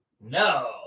No